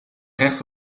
recht